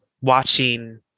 watching